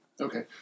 Okay